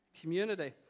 Community